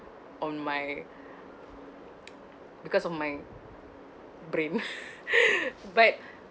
on my because of my brain but